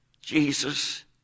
Jesus